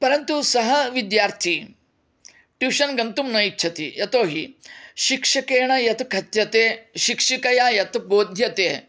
परन्तु सः विद्यार्थी ट्यूशन् गन्तुं न इच्छति यतोहि शिक्षकेन् यत् कथ्यते शिक्षिकया यत् बोध्यते